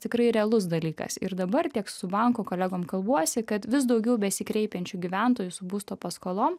tikrai realus dalykas ir dabar tiek su bankų kolegom kalbuosi kad vis daugiau besikreipiančių gyventojų su būsto paskolom